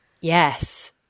yes